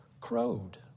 crowed